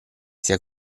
sia